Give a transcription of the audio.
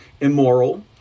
immoral